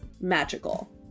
magical